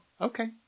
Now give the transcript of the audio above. Okay